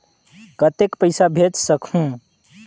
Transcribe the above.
कतेक पइसा भेज सकहुं?